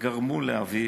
גרם לאבי